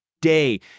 day